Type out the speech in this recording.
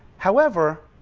however,